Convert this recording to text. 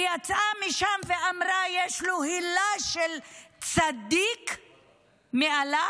יצאה משם ואמרה: יש לו הילה של צדיק מעליו?